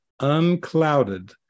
unclouded